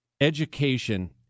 education